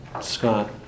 Scott